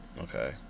Okay